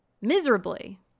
miserably